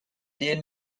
née